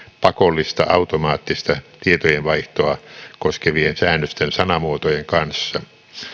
pakollista automaattista tietojenvaihtoa koskevien säännösten sanamuotojen kanssa